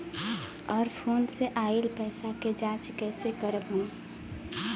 और फोन से आईल पैसा के जांच कैसे करब हम?